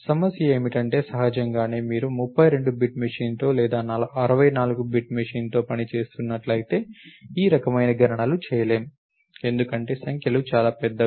సమస్య ఏమిటంటే సహజంగానే మీరు 32 బిట్ మెషీన్తో లేదా 64 బిట్ మెషీన్తో పని చేస్తున్నట్లయితే ఈ రకమైన గణనలు చేయలేము ఎందుకంటే సంఖ్యలు చాలా పెద్దవి